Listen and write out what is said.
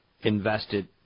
invested